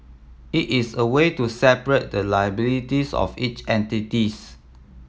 it is a way to separate the liabilities of each entities